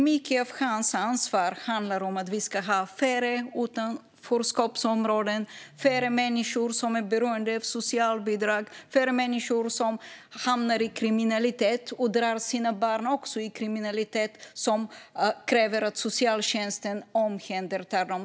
Mycket av hans ansvar handlar om att vi ska ha färre utanförskapsområden, färre människor som är beroende av socialbidrag och färre människor som hamnar i kriminalitet och också drar med sig sina barn i kriminalitet, så att socialtjänsten måste omhänderta dem.